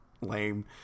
lame